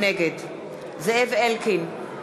נגד זאב אלקין,